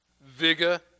vigor